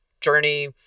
journey